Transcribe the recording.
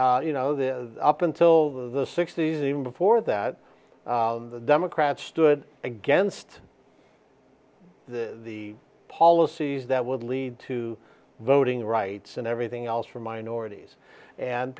you know the up until the sixty's even before that the democrats stood against the the policies that would lead to voting rights and everything else for minorities and